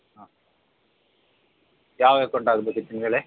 ಹಾಂ ಯಾವ ಅಕೌಂಟ್ ಆಗಬೇಕಿತ್ತು ನಿಮಗೆ ಹೇಳಿ